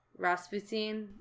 raspoutine